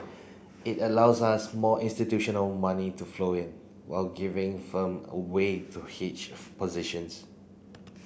it allows us more institutional money to flow in while giving firm a way to hedge positions